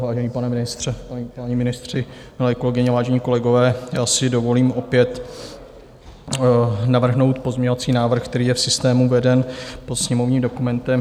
Vážený pane ministře, páni ministři, milé kolegyně, vážení kolegové, já si dovolím opět navrhnout pozměňovací návrh, který je v systému veden pod sněmovním dokumentem 1631.